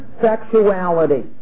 sexuality